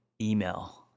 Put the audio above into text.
email